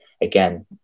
Again